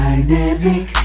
Dynamic